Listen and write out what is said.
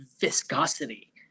viscosity